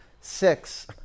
six